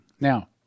Now